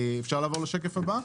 בשקף הבא,